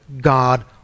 God